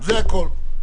זה הכול.